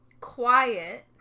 quiet